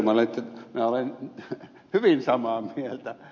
minä olen hyvin samaa mieltä ed